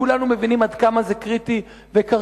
כולנו מבינים עד כמה הוא קריטי וקרדינלי.